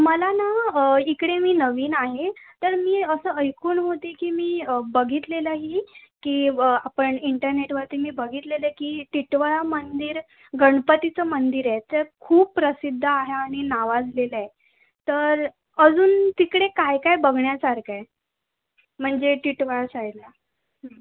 मला ना इकडे मी नवीन आहे तर मी असं ऐकून होते की मी बघितलेलंही की व आपण इंटरनेटवरती मी बघितलेलं की टिटवाळा मंदिर गणपतीचं मंदिर आहे ते खूप प्रसिद्ध आहे आणि नावाजलेलं आहे तर अजून तिकडे काय काय बघण्यासारखं आहे म्हणजे टिटवाळा साईडला